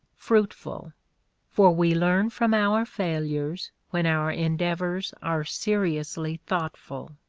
fruitful for we learn from our failures when our endeavors are seriously thoughtful.